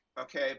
okay